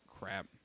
Crap